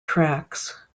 tracks